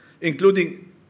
including